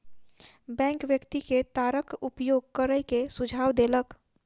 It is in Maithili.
बैंक व्यक्ति के तारक उपयोग करै के सुझाव देलक